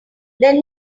then